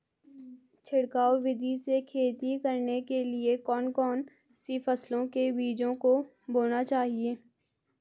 छिड़काव विधि से खेती करने के लिए कौन कौन सी फसलों के बीजों को बोना चाहिए?